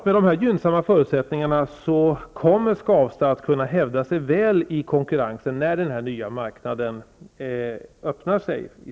Med de här gynnsamma förutsättningar kommer, tror jag, Skavsta att kunna hävda sig väl i konkurrensen när den nya marknaden öppnar sig i